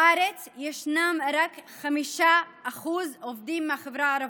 רק 5% מהעובדים הם מהחברה הערבית.